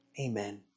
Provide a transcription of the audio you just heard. Amen